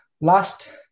last